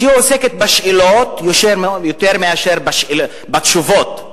שהיא עוסקת בשאלות יותר מאשר בתשובות.